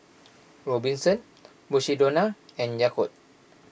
Robinsons Mukshidonna and Yakult